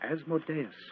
Asmodeus